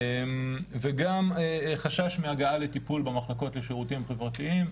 וגם חשש מהגעה לטיפול במחלקות לשירותים חברתיים,